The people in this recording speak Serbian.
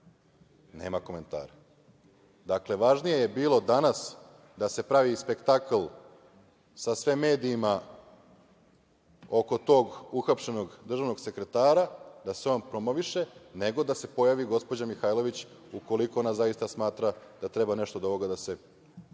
Nema komentara. Dakle, važnije je bilo danas da se pravi spektakl sa sve medijima oko tog uhapšenog državnog sekretara da se on promoviše, nego da se pojavi gospođa Mihajlović, ukoliko ona zaista smatra da treba nešto od ovoga da se